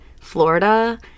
Florida